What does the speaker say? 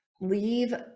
leave